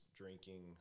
drinking